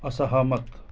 असहमत